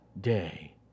day